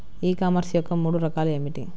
ఈ కామర్స్ యొక్క మూడు రకాలు ఏమిటి?